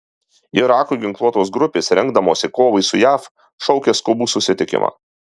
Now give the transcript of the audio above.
irako ginkluotos grupės rengdamosi kovai su jav šaukia skubų susitikimą